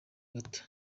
gato